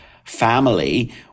family